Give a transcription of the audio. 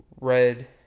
red